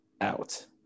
out